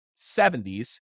70s